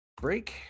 break